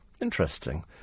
interesting